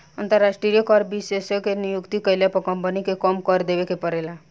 अंतरास्ट्रीय कर विशेषज्ञ के नियुक्ति कईला पर कम्पनी के कम कर देवे के परेला